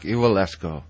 Ivalesco